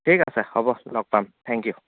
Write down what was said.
ঠিক আছে হ'ব লগ পাম থেংক ইউ